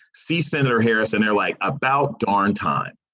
see senator harris. and they're like about darn time.